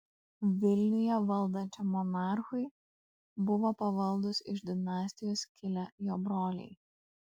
vilniuje valdančiam monarchui buvo pavaldūs iš dinastijos kilę jo broliai